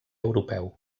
europeu